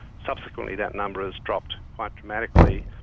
subsequently that number has dropped quite dramatically,